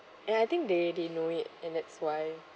and I think they they know it and that's why